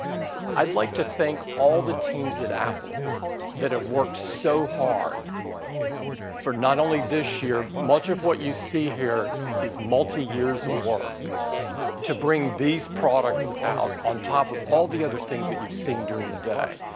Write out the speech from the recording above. i'd like to thank all the teams at apple that have worked so hard for not only this year much of what you see here is multi years of work to bring these products out on top of all the other things that you've seen during the day.